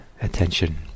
attention